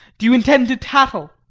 do you intend to tattle?